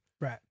right